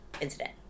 incident